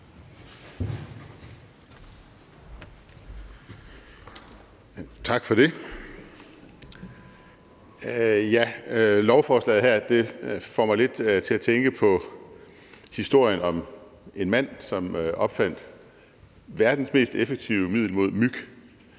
Tak for det. Lovforslaget her får mig lidt til at tænke på historien om en mand, som opfandt verdens mest effektive middel mod myg.